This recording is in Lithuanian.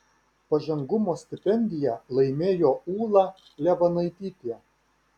pažangumo stipendiją laimėjo ūla levanaitytė